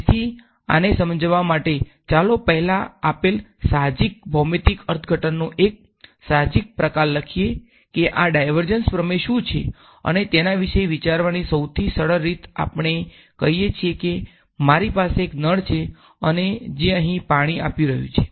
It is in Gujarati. તેથી આને સમજાવવા માટે ચાલો પહેલા આપેલ સાહજિક ભૌમિતિક અર્થઘટનનો એક સાહજિક પ્રકાર લખીએ કે આ ડાયવર્જંસ પ્રમેય શું છે અને તેના વિશે વિચારવાની સૌથી સરળ રીત આપણે કહીએ કે મારી પાસે એક નળ છે અને જે અહીં પાણી આપી રહ્યું છે